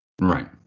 Right